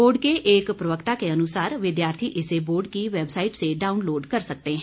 board के एक प्रवक्ता के अनुसार विद्यार्थी इसे बोर्ड की वैबसाईट से डाउनलोड कर सकते हैं